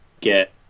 get